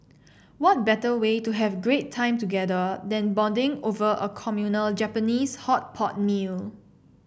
what better way to have great time together than bonding over a communal Japanese hot pot meal